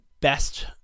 best